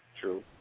True